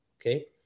okay